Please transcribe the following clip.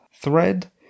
thread